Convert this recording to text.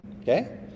Okay